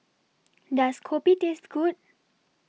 Does Kopi Taste Good